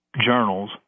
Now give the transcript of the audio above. journals